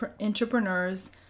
entrepreneurs